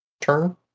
turn